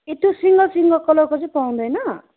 ए त्यो single single कलरको चाहिँ पाउँदैन